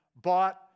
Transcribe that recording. bought